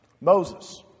Moses